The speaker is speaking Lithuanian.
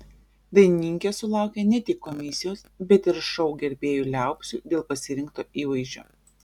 dainininkė sulaukė ne tik komisijos bet ir šou gerbėjų liaupsių dėl pasirinkto įvaizdžio